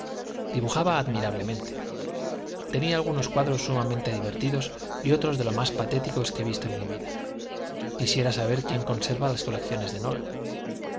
dibujaba admirablemente tenía algunos cuadros sumamente divertidos y otros de lo más patéticos que he visto en mi vida quisiera saber quién conserva las colecciones de nolan